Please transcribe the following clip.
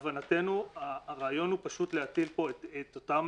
להבנתנו הרעיון הוא פשוט להטיל פה את אותן